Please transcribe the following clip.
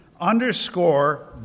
underscore